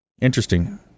Interesting